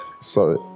sorry